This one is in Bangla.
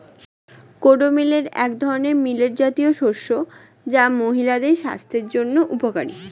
কোডো মিলেট এক ধরনের মিলেট জাতীয় শস্য যা মহিলাদের স্বাস্থ্যের জন্য উপকারী